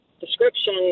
description